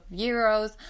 euros